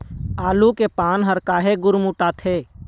आलू के पान हर काहे गुरमुटाथे?